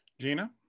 Gina